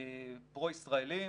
פרו ישראליים,